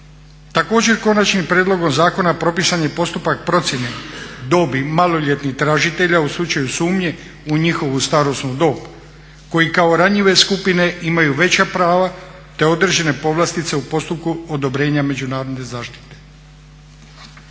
Također Konačnim prijedlogom zakona propisan je postupak procjene dobi maloljetnih tražitelja u slučaju sumnje u njihovu starosnu dob koji kao ranjive skupine imaju veća prava te određene povlastice u postupku odobrenja međunarodne zaštite.